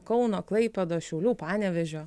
kauno klaipėdos šiaulių panevėžio